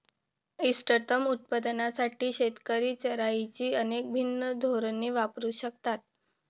इष्टतम उत्पादनासाठी शेतकरी चराईची अनेक भिन्न धोरणे वापरू शकतात